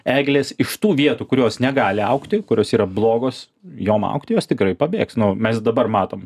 eglės iš tų vietų kur jos negali augti kurios yra blogos jom augti jos tikrai pabėgs na mes dabar matom